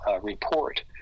report